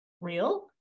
real